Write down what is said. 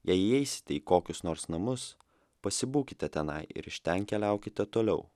jei įeisite į kokius nors namus pasibūkite tenai ir iš ten keliaukite toliau